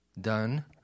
done